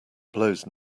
blows